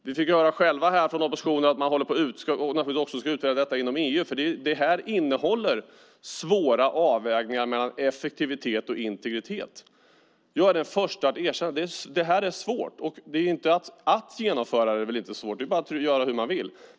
Vi fick höra från oppositionen att man naturligtvis ska utreda detta också inom EU. Detta handlar om svåra avvägningar mellan effektivitet och integritet. Jag är den första att erkänna att detta är svårt. Det är inte svårt att genomföra det. Man kan göra hur man vill.